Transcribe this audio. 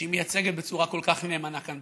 שהיא מייצגת בצורה כל כך נאמנה כאן,